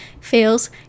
fails